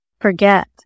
forget